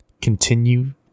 Continue